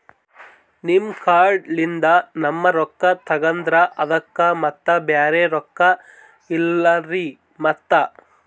ನಿಮ್ ಕಾರ್ಡ್ ಲಿಂದ ನಮ್ ರೊಕ್ಕ ತಗದ್ರ ಅದಕ್ಕ ಮತ್ತ ಬ್ಯಾರೆ ರೊಕ್ಕ ಇಲ್ಲಲ್ರಿ ಮತ್ತ?